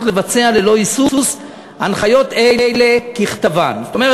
לבצע ללא היסוס הנחיות אלה ככתבן." זאת אומרת,